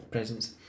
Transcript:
Presents